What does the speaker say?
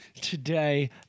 today